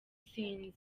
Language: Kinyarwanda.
sinzi